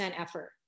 effort